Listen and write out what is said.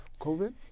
COVID